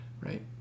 right